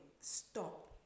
stop